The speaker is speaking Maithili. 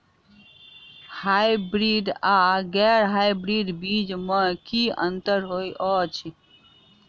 हायब्रिडस आ गैर हायब्रिडस बीज म की अंतर होइ अछि?